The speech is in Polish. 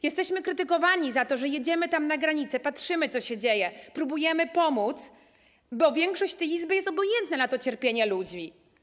Jesteśmy krytykowani za to, że jedziemy tam, na granicę, patrzymy, co się dzieje, próbujemy pomóc, bo większość tej Izby jest obojętna na to cierpienie ludzi.